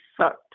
sucked